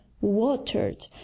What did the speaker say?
watered